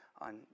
on